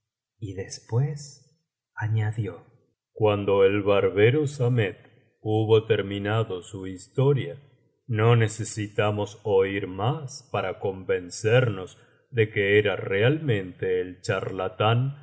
y después añadió cuando el barbero samet hubo terminado su historia no necesitamos oir más para convencernos biblioteca valenciana generalitat valenciana historia del jorobado de que era realmente el charlatán